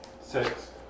Six